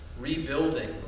rebuilding